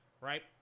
right